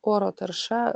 oro tarša